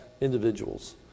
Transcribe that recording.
individuals